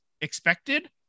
expected